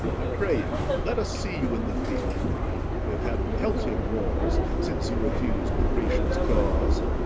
i pray you let us see you in the field we have had pelting wars since you refus'd the grecians' cause.